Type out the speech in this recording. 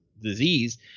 disease